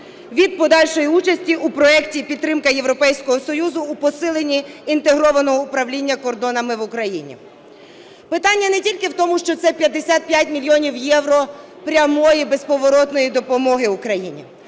від подальшої участі у проекті підтримки Європейського Союзу у посиленні інтегрованого управління кордонами в Україні. Питання не тільки в тому, що це 55 мільйонів євро прямої безповоротної допомоги Україні;